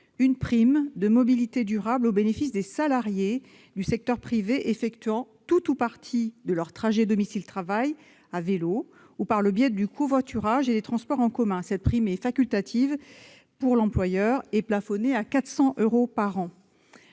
(LOM) a instauré au bénéfice des salariés du secteur privé effectuant tout ou partie de leur trajet domicile-travail à vélo, en covoiturage ou en transports en commun. La prime est facultative pour l'employeur et plafonnée à 400 euros par an.